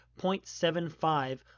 0.75